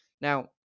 Now